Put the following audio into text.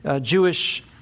Jewish